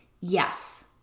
Yes